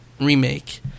remake